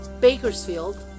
Bakersfield